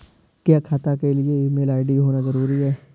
क्या खाता के लिए ईमेल आई.डी होना जरूरी है?